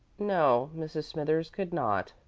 no mrs. smithers could not.